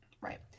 Right